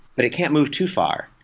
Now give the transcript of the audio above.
but it can't move too far.